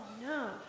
no